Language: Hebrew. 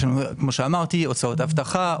יש לנו הוצאות אבטחה,